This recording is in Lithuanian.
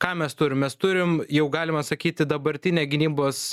ką mes turim mes turim jau galima sakyti dabartinę gynybos